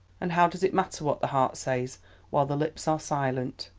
and how does it matter what the heart says while the lips are silent?